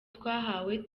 twahawe